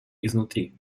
изнутри